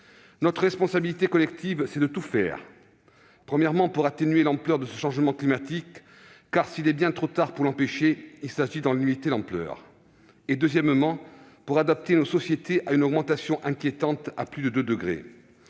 Notre responsabilité collective, c'est de tout faire, tout d'abord, pour atténuer ce changement climatique, car, s'il est bien trop tard pour l'empêcher, il s'agit d'en limiter l'ampleur et, ensuite, pour adapter nos sociétés à une augmentation inquiétante à plus de 2 degrés.